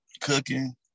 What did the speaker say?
cooking